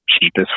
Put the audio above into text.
cheapest